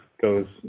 goes